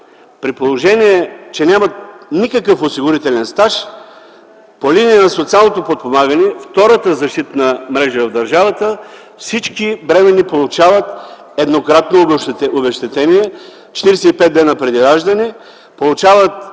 при положение, че нямат никакъв осигурителен стаж, по линия на социалното подпомагане, втората защитна мрежа в държавата, всички бременни получават еднократно обезщетение 45 дни преди раждане, получават